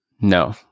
No